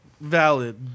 valid